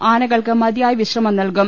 ആനകൾക്ക് മ്തിയായ വിശ്രമം നൽകും